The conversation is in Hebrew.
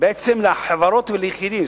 בעצם לחברות וליחידים,